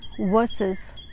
versus